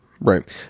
Right